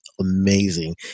amazing